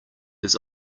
his